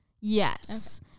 yes